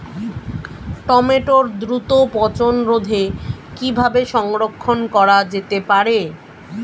টমেটোর দ্রুত পচনরোধে কিভাবে সংরক্ষণ করা যেতে পারে?